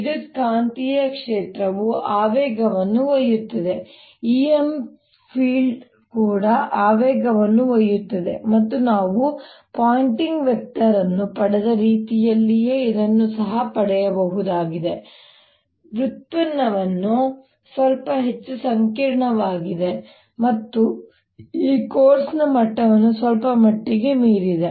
ವಿದ್ಯುತ್ಕಾಂತೀಯ ಕ್ಷೇತ್ರವು ಆವೇಗವನ್ನು ಒಯ್ಯುತ್ತದೆ E M ಫೀಲ್ಡ್ ಕೂಡ ಆವೇಗವನ್ನು ಒಯ್ಯುತ್ತದೆ ಮತ್ತು ನಾವು ಪಾಯಿಂಟಿಂಗ್ ವೆಕ್ಟರ್ ಅನ್ನು ಪಡೆದ ರೀತಿಯಲ್ಲಿಯೇ ಇದನ್ನು ಸಹ ಪಡೆಯಬಹುದಾಗಿದೆ ವ್ಯುತ್ಪನ್ನವು ಸ್ವಲ್ಪ ಹೆಚ್ಚು ಸಂಕೀರ್ಣವಾಗಿದೆ ಮತ್ತು ಈ ಕೋರ್ಸ್ನ ಮಟ್ಟವನ್ನು ಸ್ವಲ್ಪಮಟ್ಟಿಗೆ ಮೀರಿದೆ